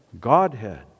Godhead